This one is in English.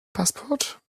passport